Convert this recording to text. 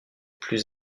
plus